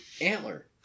antler